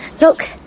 look